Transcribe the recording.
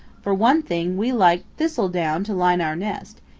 for one thing we like thistledown to line our nest,